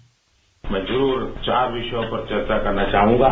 bite मैं जो चार विषयों पर चर्चा करना चाहूंगा